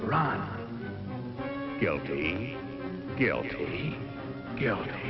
ron guilty guilty guilty